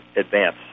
advance